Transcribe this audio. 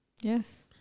Yes